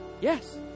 Yes